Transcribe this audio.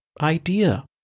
idea